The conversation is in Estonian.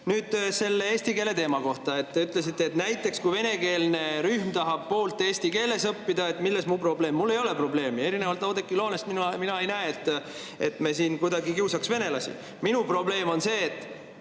selle eesti keele teema kohta. Te ütlesite, et näiteks kui venekeelne rühm tahab pooles [ulatuses] eesti keeles õppida, siis milles mu probleem on. Mul ei ole probleemi. Erinevalt Oudekki Loonest mina ei näe, et me sellega kuidagi kiusaks venelasi. Minu probleem on see, et